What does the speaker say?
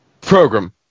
Program